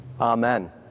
Amen